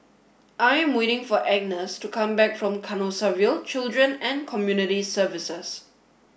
I'm waiting for Agnes to come back from Canossaville Children and Community Services